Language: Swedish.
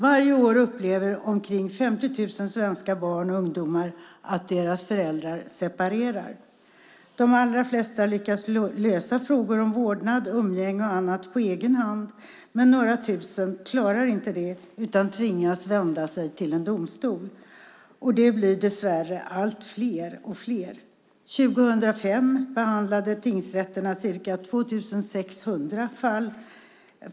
Varje år upplever omkring 50 000 svenska barn och ungdomar att deras föräldrar separerar. De allra flesta lyckas lösa frågor om vårdnad, umgänge och annat på egen hand. Men några tusen klarar inte det utan tvingas vända sig till en domstol, och det blir dess värre allt fler och fler. År 2005 behandlade tingsrätterna ca 2 600 fall.